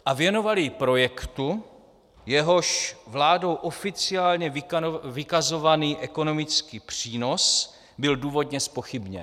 A věnovali ji projektu, jehož vládou oficiálně vykazovaný ekonomický přínos byl důvodně zpochybněn.